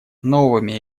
новыми